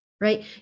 right